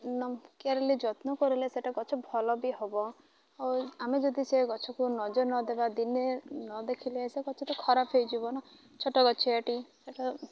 ନ କେଆରଲି ଯତ୍ନ କରିଲେ ସେଇଟା ଗଛ ଭଲ ବି ହବ ଆଉ ଆମେ ଯଦି ସେ ଗଛକୁ ନଜର ନଦେବା ଦିନେ ନ ଦେଖିଲେ ସେ ଗଛ ତ ଖରାପ ହେଇଯିବ ନା ଛୋଟ ଗଛଟିି ସେଇଟା